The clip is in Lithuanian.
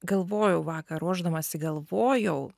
galvojau vakar ruošdamasi galvojau